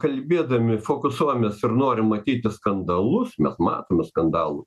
kalbėdami fokusuojamės ir norim matyti skandalus mes matome skandalus